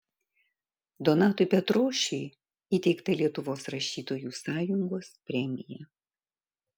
donatui petrošiui įteikta lietuvos rašytojų sąjungos premija